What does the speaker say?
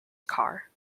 car